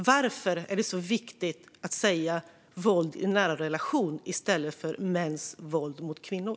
Varför är det så viktigt att säga våld i nära relation i stället för mäns våld mot kvinnor?